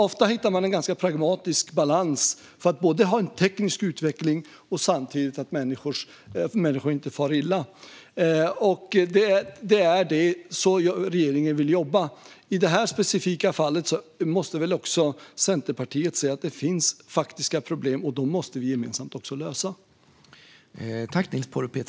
Ofta hittar man en ganska pragmatisk balans för att både ha en teknisk utveckling och samtidigt se till att människor inte far illa. Det är så regeringen vill jobba. I det här specifika fallet måste väl också Centerpartiet se att det finns faktiska problem, och dem måste vi lösa gemensamt.